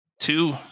two